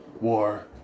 war